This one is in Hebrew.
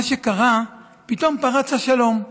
מה שקרה, פתאום פרץ השלום.